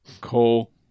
Cole